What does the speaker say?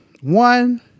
One